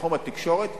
בתחום התקשורת,